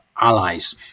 allies